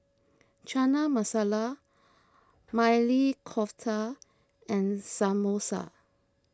Chana Masala Maili Kofta and Samosa